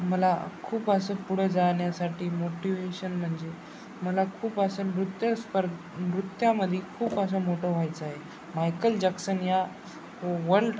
मला खूप असं पुढं जाण्यासाठी मोटिव्हेशन म्हणजे मला खूप असं नृत्य स्पर् नृत्यामध्ये खूप असं मोठं व्हायचं आहे मायकल जॅक्सन या वर्ल्ड